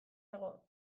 dago